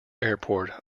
airport